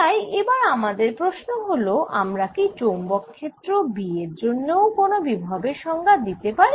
তাই এবার আমাদের প্রশ্ন হল আমরা কি চৌম্বক ক্ষেত্র B এর জন্য ও কোন বিভবের সংজ্ঞা দিতে পারি